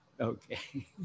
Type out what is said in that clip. Okay